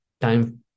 time